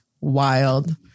wild